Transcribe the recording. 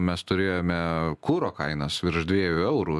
mes turėjome kuro kainas virš dviejų eurų